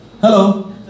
Hello